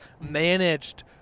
managed